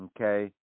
Okay